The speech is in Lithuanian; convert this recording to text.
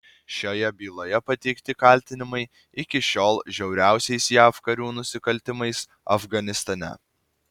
šioje byloje pateikti kaltinimai iki šiol žiauriausiais jav karių nusikaltimais afganistane